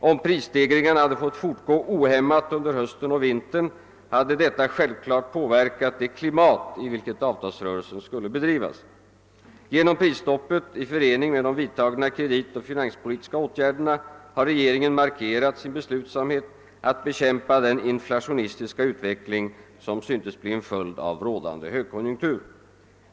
Om prisstegringarna hade fått fortgå ohämmat under hösten och vintern hade detta självklart påverkat det klimat i vilket avtalsrörelsen skulle bedrivas. Genom prisstoppet i förening med de vidtagna kreditoch finanspolitiska åtgärderna har regeringen markerat sin beslutsamhet att bekämpa den inflationistiska utveckling som syntes bli en följd av rådande högkonjunktur.